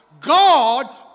God